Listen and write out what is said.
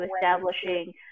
establishing